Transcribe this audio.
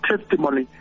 testimony